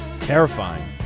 Terrifying